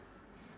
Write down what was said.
hello